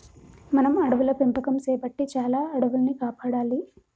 మనం అడవుల పెంపకం సేపట్టి చాలా అడవుల్ని కాపాడాలి